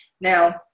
Now